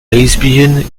lesbian